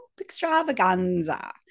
Extravaganza